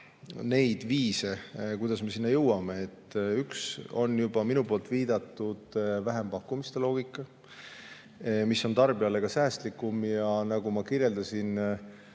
neid viise, kuidas me sinna jõuame. Üks on juba minu viidatud vähempakkumiste loogika, mis on tarbijale ka säästlikum. Ja nagu ma kirjeldasin,